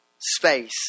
space